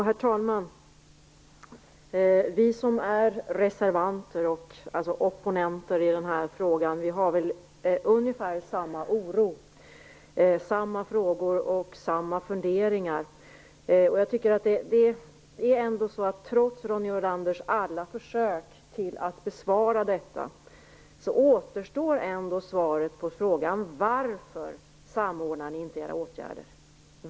Herr talman! Vi som är reservanter och opponenter i den här frågan hyser ungefär samma oro. Vi har samma frågor och samma funderingar. Trots Ronny Olanders alla försök att ge ett svar kvarstår ändå frågan: Varför samordnar ni inte era åtgärder?